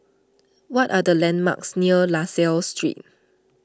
what are the landmarks near La Salle Street